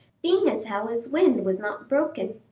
being as how his wind was not broken.